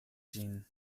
ĝin